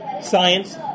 science